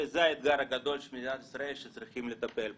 זה האתגר הגדול של מדינת ישראל שצריכים לטפל בו.